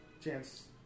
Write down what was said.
Chance